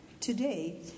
Today